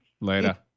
Later